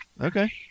Okay